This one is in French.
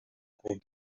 groupe